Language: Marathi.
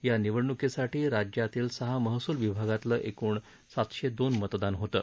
या निवडणुकीसाठी राज्यातील सहा महसूल विभागांतलं एकण सातशे दोन मतदान होतं